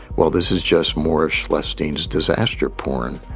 well, this is just more of schleifstein's disaster porn.